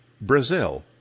brazil